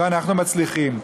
ואנחנו מצליחים.